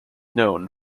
known